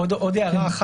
עוד הערה,